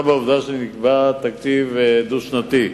בעובדה שנקבע תקציב דו-שנתי.